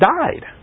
died